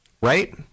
right